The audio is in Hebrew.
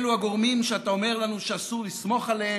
אלה הגורמים שאתה אומר לנו שאסור לסמוך עליהם,